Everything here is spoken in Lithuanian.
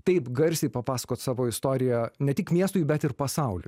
taip garsiai papasakot savo istoriją ne tik miestui bet ir pasauliui